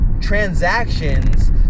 transactions